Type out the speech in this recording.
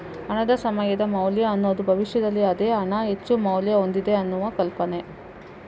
ಹಣದ ಸಮಯದ ಮೌಲ್ಯ ಅನ್ನುದು ಭವಿಷ್ಯದಲ್ಲಿ ಅದೇ ಹಣ ಹೆಚ್ಚು ಮೌಲ್ಯ ಹೊಂದಿದೆ ಅನ್ನುವ ಕಲ್ಪನೆ